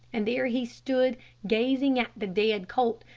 and there he stood gazing at the dead colt,